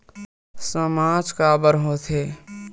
सामाज काबर हो थे?